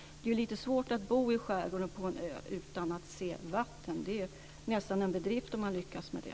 Det är lite svårt att bo i skärgården på en ö utan att se vatten. Det är nästan en bedrift om man lyckas med det.